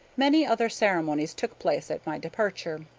many other ceremonies took place at my departure.